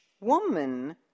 woman